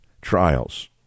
trials